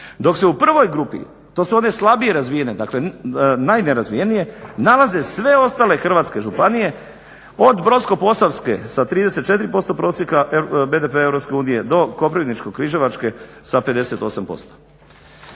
dok se u prvoj grupi, to su one slabije razvijene, dakle najnerazvijenije nalaze sve ostale hrvatske županije, od Brodsko-posavske sa 34% BDP-a prosjeka Europske unije do Koprivničko-križevačke sa 58%.